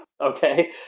Okay